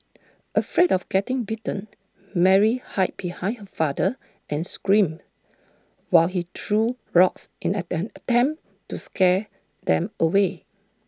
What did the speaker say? afraid of getting bitten Mary hide behind her father and screamed while he threw rocks in an attain attempt to scare them away